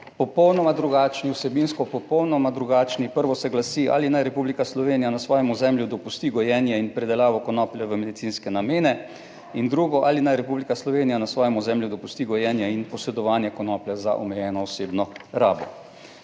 Popolnoma drugačni, vsebinsko popolnoma drugačni. Prvo se glasi, ali naj Republika Slovenija na svojem ozemlju dopusti gojenje in predelavo konoplje v medicinske namene. In drugo, ali naj Republika Slovenija na svojem ozemlju dopusti gojenje in posedovanje konoplje za omejeno osebno rabo.